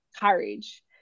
courage